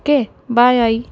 okay bye I